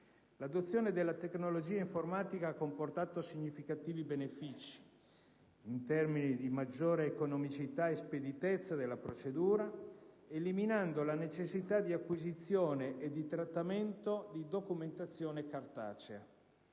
L'adozione della tecnologia informatica ha comportato significativi benefici, in termini di maggiore economicità e speditezza della procedura, eliminando la necessità di acquisizione e di trattamento di documenti cartacei.